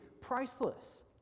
priceless